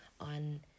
on